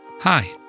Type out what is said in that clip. Hi